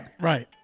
right